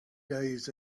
days